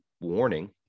warning